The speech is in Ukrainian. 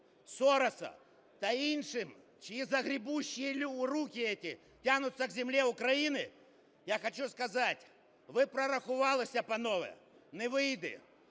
Сороса та іншим, чиї загребущие руки эти тянутся к земле України, я хочу сказать: ви прорахувалися, панове, не вийде,